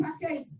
package